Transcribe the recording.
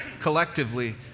collectively